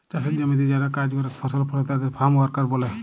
চাসের জমিতে যারা কাজ করেক ফসল ফলে তাদের ফার্ম ওয়ার্কার ব্যলে